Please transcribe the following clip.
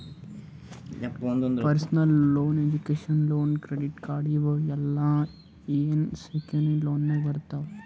personal loan, education loan, credit card ಇವ್ ಎಲ್ಲಾ unsecured ಲೋನ್ನಾಗ್ ಬರ್ತಾವ್